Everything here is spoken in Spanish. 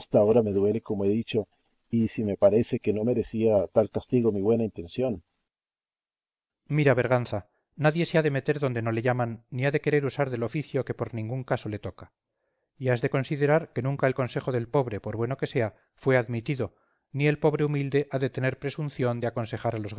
ahora me duele como he dicho y si me parece que no merecía tal castigo mi buena intención cipión mira berganza nadie se ha de meter donde no le llaman ni ha de querer usar del oficio que por ningún caso le toca y has de considerar que nunca el consejo del pobre por bueno que sea fue admitido ni el pobre humilde ha de tener presumpción de aconsejar a los